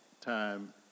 time